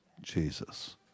Jesus